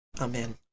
Amen